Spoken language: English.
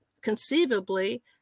conceivably